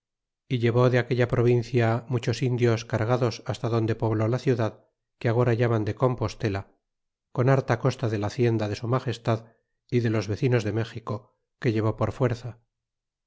y llevó de aquella provincia muchos indios cargados hasta donde pobló la ciudad que agora llaman de compostela con harta costa de la hacienda de su magestad y de los vecinos de méxico que llevó por fuerza